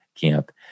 camp